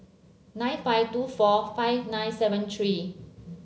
nine five two four five nine seven three